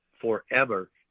forever